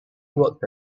worked